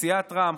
סיעת רע"מ,